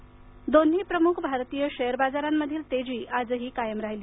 शेअरबाजार दोन्ही प्रमुख भारतीय शेअर बाजारांमधील तेजी आजही कायम होती